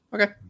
Okay